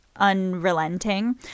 unrelenting